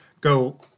go